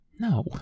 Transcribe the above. No